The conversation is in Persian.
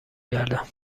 کردم